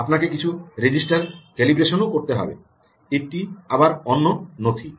আপনাকে কিছু register calibration ও করতে হবে এটি আবার অন্য নথি